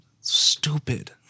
Stupid